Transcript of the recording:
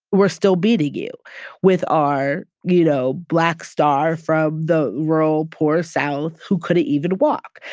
we're still beating you with our, you know, black star from the rural, poor south, who couldn't even walk.